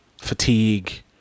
fatigue